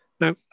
Now